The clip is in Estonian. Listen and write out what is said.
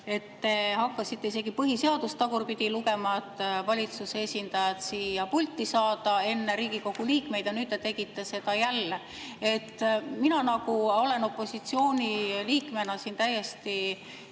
hakkasite isegi põhiseadust tagurpidi lugema, et valitsuse esindajat siia pulti saada enne Riigikogu liikmeid, ja nüüd te tegite seda jälle. Mina olen opositsiooni liikmena juba täiesti